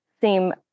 seem